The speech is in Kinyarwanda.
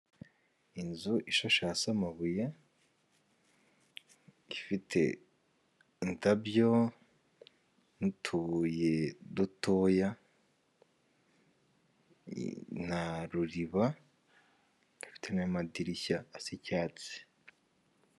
Inzu ishashe hasi amabuye ifite indabyo n'utubuye dutoya na ruriba ifitemo amadirishya asa icyatsi.